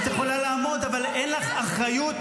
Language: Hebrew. את יכולה לעמוד, אבל אין לך אחריות.